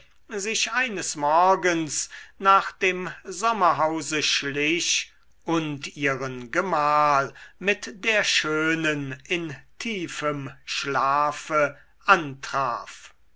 sich eines morgens nach dem sommerhause schlich und ihren gemahl mit der schönen in tiefem schlafe antraf